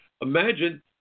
Imagine